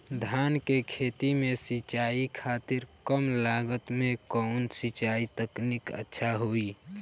धान के खेती में सिंचाई खातिर कम लागत में कउन सिंचाई तकनीक अच्छा होई?